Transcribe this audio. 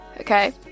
Okay